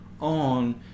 on